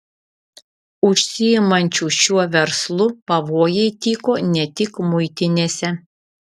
užsiimančių šiuo verslu pavojai tyko ne tik muitinėse